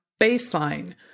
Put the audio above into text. baseline